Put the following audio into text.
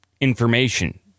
information